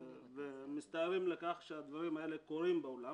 ואנחנו מצטערים על כך שדברים כאלה קורים בעולם.